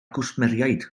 gwsmeriaid